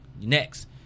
next